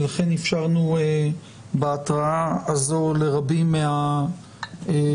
ולכן אפשרנו בהתראה הזו לרבים מהמשתתפים,